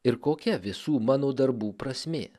ir kokia visų mano darbų prasmė